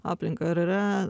aplinką a yra